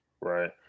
right